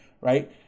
right